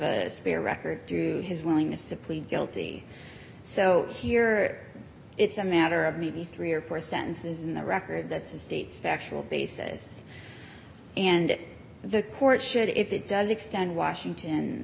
a spear record through his willingness to plead guilty so here it's a matter of maybe three or four sentences in the record that's a state's factual basis and the court should if it does extend washington